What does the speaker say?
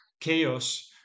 chaos